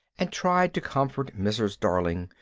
and tried to comfort mrs. darling,